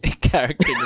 character